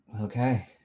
Okay